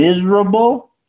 miserable